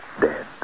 Dead